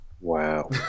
Wow